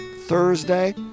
Thursday